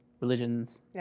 religions